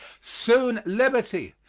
soon liberty,